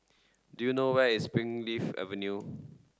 do you know where is Springleaf Avenue